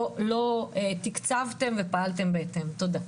לא תקצבתם ופעלתם בהתאם, תודה.